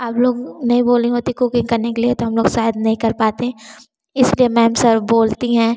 आप लोग नहीं बोली होतीं कूकिंग करने के लिए तो हम लोग शायद नहीं कर पाते इसलिए मैम सर बोलती हैं